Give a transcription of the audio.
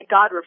God